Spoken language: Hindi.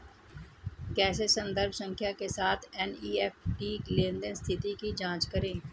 कैसे संदर्भ संख्या के साथ एन.ई.एफ.टी लेनदेन स्थिति की जांच करें?